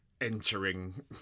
entering